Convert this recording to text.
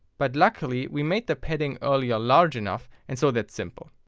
but luckily we made the padding earlier large enough and so that's simple.